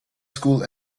school